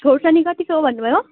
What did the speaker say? खोर्सानी कतिको भन्नुभयो